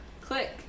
Click